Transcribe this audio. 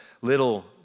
little